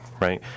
right